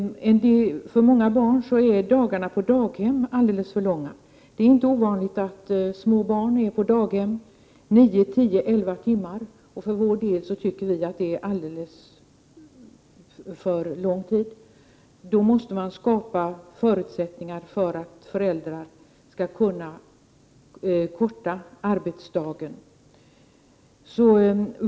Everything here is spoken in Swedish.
För många barn är dagarna på daghem alldeles för långa. Det är inte ovanligt att små barn är på daghem nio, tio eller elva timmar. För vår del tycker vi att det är alldeles för lång tid. Då måste man skapa förutsättningar för föräldrarna att förkorta arbetsdagen.